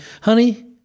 Honey